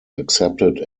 accepted